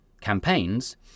campaigns